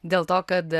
dėl to kad